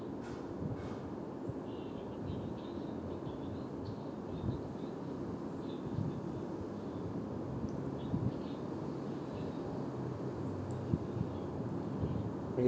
okay